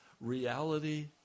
reality